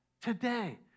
today